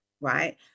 right